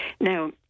Now